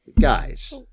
guys